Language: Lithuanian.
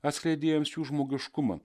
atskleidė jiems jų žmogiškumą